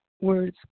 words